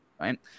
right